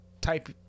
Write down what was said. type